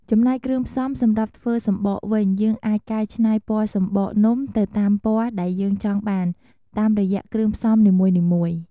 ចំណែក គ្រឿងផ្សំសម្រាប់ធ្វើសំបកវិញ យើងអាចកែច្នៃពណ៌សំបកនំទៅតាមពណ៌ដែលយើងចង់បានតាមរយៈគ្រឿងផ្សំនីមួយៗ។